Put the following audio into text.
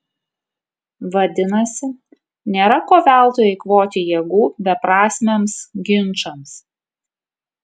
vadinasi nėra ko veltui eikvoti jėgų beprasmiams ginčams